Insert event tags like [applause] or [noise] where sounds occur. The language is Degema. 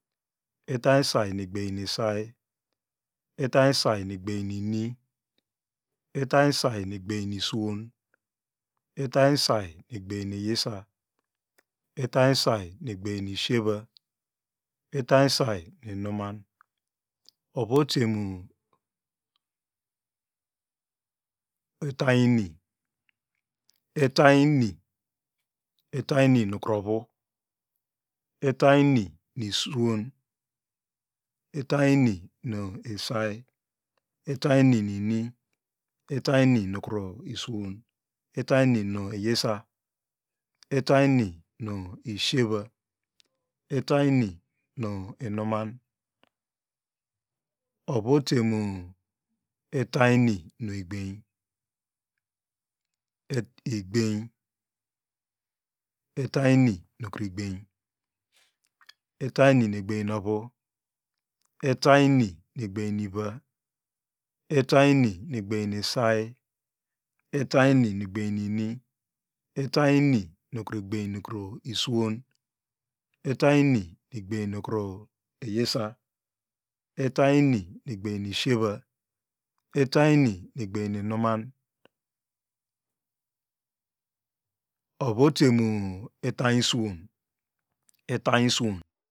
Itany isai nu egbemmu isay itany say mu egberi ini itany sai nu egbem nu iswon itany sai nu egbem nu iyisa itany sai nu egbem nu ishiaa itany sai nu inuman ovu teni [unintelligible] itany ini itany ini itany ini itany nukru ove itany ini nu iswon itany ini nu isai itany ini nu iyisa itany ini nu isheva itany ini nu inuman ovu ote mu itany ini nu igbem i [unintelligible] itany ini nu igbem itany ini nu egbem novu itany ini nu igbem itany ini nu egbem novu itany ini nu egbem nu iva itany ini nu egbem nu isai itany ini nu egbem ni ini itany ini nukru nu egbem nu iswon itany ini nukru egbem nu iyisa itany ini nu egbem isheva itany ini nu egbem nu inuman ovu ote mu itany iswon itany iswon